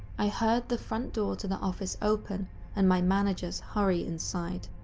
i heard the front door to the office open and my managers hurry inside.